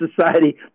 society